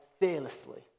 fearlessly